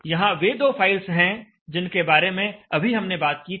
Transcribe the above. यहाँ वे दो फाइल्स हैं जिनके बारे में अभी हमने बात की थी